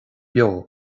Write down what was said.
beo